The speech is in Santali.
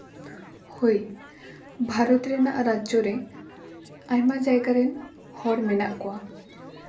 ᱦᱳᱭ ᱵᱷᱟᱨᱚᱛ ᱨᱮᱱᱟᱜ ᱨᱟᱡᱡᱚ ᱨᱮ ᱟᱭᱢᱟ ᱡᱟᱭᱜᱟ ᱨᱮᱱ ᱦᱚᱲ ᱢᱮᱱᱟᱜ ᱠᱚᱣᱟ